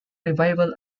revival